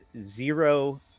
zero